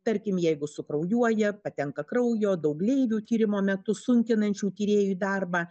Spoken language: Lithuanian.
tarkim jeigu sukraujuoja patenka kraujo daug gleivių tyrimo metu sunkinančių tyrėjui darbą